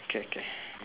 okay okay